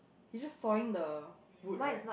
he just sawing the wood right